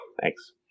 Thanks